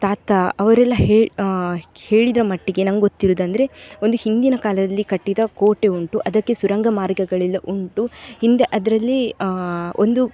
ತಾತ ಅವರೆಲ್ಲ ಹೇಳಿದ್ದರ ಮಟ್ಟಿಗೆ ನಂಗೊತ್ತಿರೋದಂದರೆ ಒಂದು ಹಿಂದಿನ ಕಾಲದಲ್ಲಿ ಕಟ್ಟಿದ ಕೋಟೆ ಉಂಟು ಅದಕ್ಕೆ ಸುರಂಗ ಮಾರ್ಗಗಳೆಲ್ಲ ಉಂಟು ಹಿಂದೆ ಅದರಲ್ಲಿ ಒಂದು